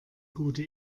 gute